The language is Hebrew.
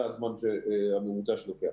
זה הזמן הממוצע שלוקח